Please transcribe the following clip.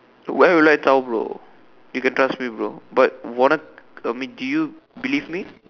why would I tell bro you can trust me bro but what I I mean do you believe me